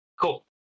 Cool